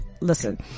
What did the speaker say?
listen